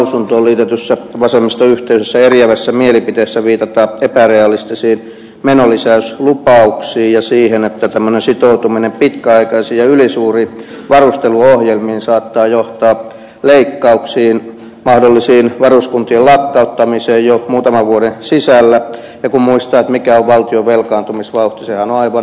puolustusvaliokunnan lausuntoon liitetyssä vasemmiston yhteisessä eriävässä mielipiteessä viitataan epärealistisiin menonlisäyslupauksiin ja siihen että tämmöinen sitoutuminen pitkäaikaisiin ja ylisuuriin varusteluohjelmiin saattaa johtaa leikkauksiin mahdollisiin varuskuntien lakkauttamisiin jo muutaman vuoden sisällä ja kun muistaa mikä on valtion velkaantumisvauhti sehän on aivan hirveä